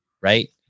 right